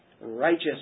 righteous